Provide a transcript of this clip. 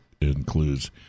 includes